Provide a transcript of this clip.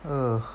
uh